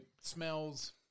smells